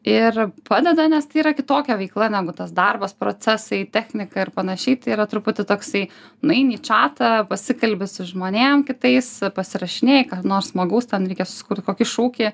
ir padeda nes tai yra kitokia veikla negu tas darbas procesai technika ir panašiai tai yra truputį toksai nueini į čatą pasikalbi su žmonėm kitais pasirašinėji ką nors smagaus ten reikia susikurt kokį šūkį